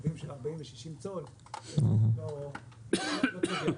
זה קווים של 40 ו-60 צול.